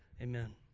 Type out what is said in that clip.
Amen